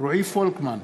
רועי פולקמן,